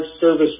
service